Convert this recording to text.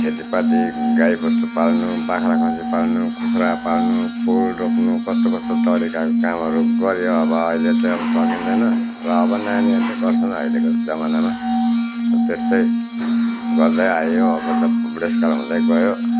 खेतीपाती गाई बस्तु पाल्नु बाख्रा खसी पाल्नु कुखुरा पाल्नु फुल रोप्नु कस्तो कस्तो तरिकाको कामहरू गरियो अब अहिले चाहिँ सकिँदैन र अब नानीहरूले गर्छन् अहिलेको जमानामा त्यस्तै गर्दै आइयो अब त बुढेसकाल हुँदै गयो